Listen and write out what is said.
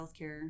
healthcare